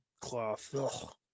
cloth